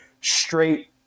straight